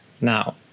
Now